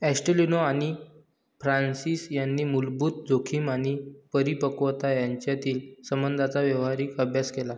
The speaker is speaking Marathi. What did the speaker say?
ॲस्टेलिनो आणि फ्रान्सिस यांनी मूलभूत जोखीम आणि परिपक्वता यांच्यातील संबंधांचा व्यावहारिक अभ्यास केला